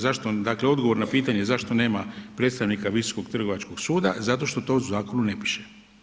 Zašto, dakle odgovor na pitanje zašto nema predstavnika Visokog trgovačkog suda, zato što to u zakonu ne piše.